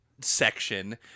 section